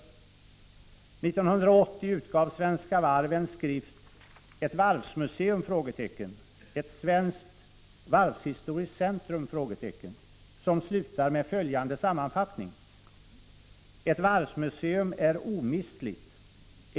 År 1980 utgav Svenska Varv skriften ”Ett varvsmuseum? Ett svenskt varvshistoriskt centrum?” Den slutar med följande sammanfattning: ”1 Ett varvsmuseum är omistligt.